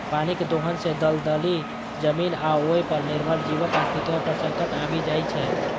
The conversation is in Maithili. पानिक दोहन सं दलदली जमीन आ ओय पर निर्भर जीवक अस्तित्व पर संकट आबि जाइ छै